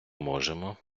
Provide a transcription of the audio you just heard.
можемо